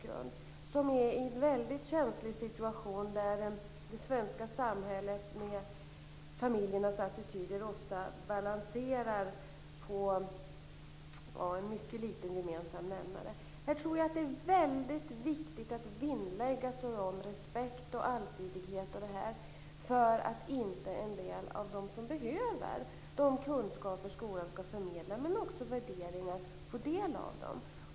De befinner sig i en mycket känslig situation där det svenska samhället och familjernas attityder ofta balanserar på en mycket liten gemensam nämnare. Här tror jag att det är mycket viktigt att vinnlägga sig om respekt och allsidighet för att de som behöver de kunskaper och värderingar skolan skall förmedla också får del av dem.